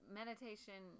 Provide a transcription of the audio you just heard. meditation